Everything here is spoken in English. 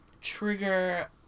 trigger